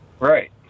Right